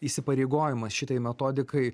įsipareigojimas šitai metodikai